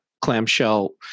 clamshell